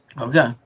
Okay